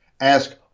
ask